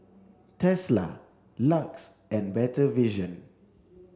Tesla LUX and Better Vision